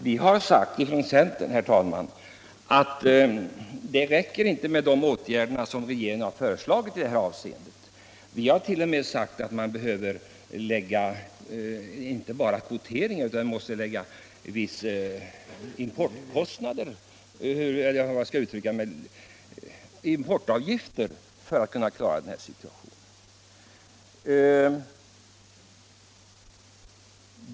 Herr talman! Vi har sagt från centern att det räcker inte med de åtgärder som regeringen föreslagit i detta avseende. Vi anser att det fordras inte bara en kvotering utan också eventuellt importavgifter för att vi skall kunna klara situationen.